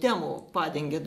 temų padengiat